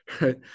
right